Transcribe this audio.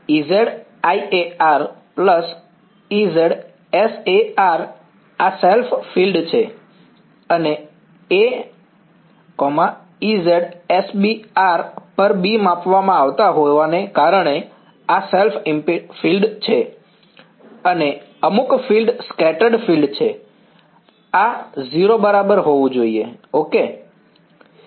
Ez iA Ez sA આ self field છે અને A Ez sB પર B માપવામાં આવતા હોવાને કારણે આ સેલ્ફ ફીલ્ડ છે અને અમુક ફીલ્ડ સ્કેટર્ડ ફીલ્ડ છે આ 0 બરાબર હોવું જોઈએ ઓકે